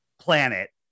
planet